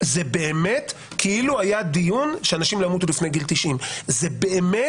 שזה באמת כאילו היה דיון שאנשים לא ימותו לפני גיל 90. זה באמת